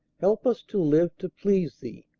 help us to live to please thee.